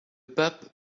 pape